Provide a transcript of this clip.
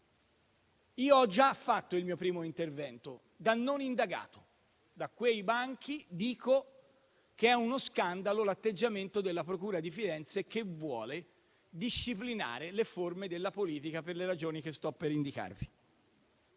io ho già fatto il mio primo intervento da non indagato. Da quei banchi dico che è uno scandalo l'atteggiamento della procura di Firenze, che vuole disciplinare le forme della politica, per le ragioni che sto per indicarvi.